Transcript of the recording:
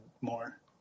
more